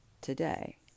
today